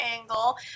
angle